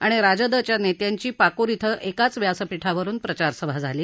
आणि राजदच्या नेत्यांची पाकूर इथं एकाच व्यासपिठावरुन प्रचार सभा झाली